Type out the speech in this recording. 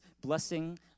blessing